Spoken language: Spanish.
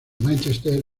manchester